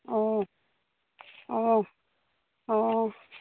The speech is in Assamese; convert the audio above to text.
অঁ অঁ অঁ